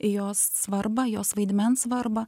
jos svarbą jos vaidmens svarbą